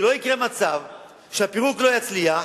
שלא יקרה מצב שהפירוק לא יצליח,